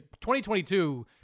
2022